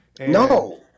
No